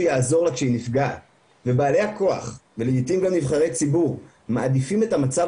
יעזור לה כשהיא נפגעת ובעלי הכוח ולעיתים גם נבחרי ציבור מעדיפים את המצב